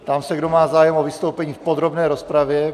Ptám se, kdo má zájem o vystoupení v podrobné rozpravě.